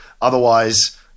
Otherwise